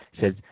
Says